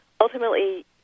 ultimately